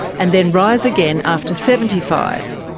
and then rise again after seventy five.